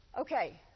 Okay